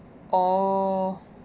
orh